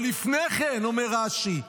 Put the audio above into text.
אבל לפני כן, אומר רש"י: